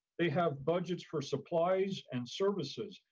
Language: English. they have budgets for supplies and services.